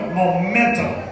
momentum